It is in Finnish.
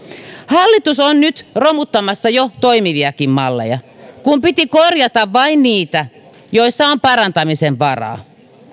hallitus on nyt romuttamassa jo toimiviakin malleja kun piti korjata vain niitä joissa on parantamisen varaa